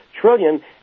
trillion